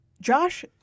Josh